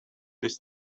this